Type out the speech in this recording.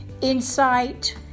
insight